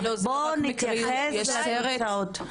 בואי נתייחס לתוצאות.